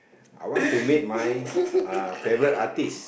I want to meet my uh favourite artist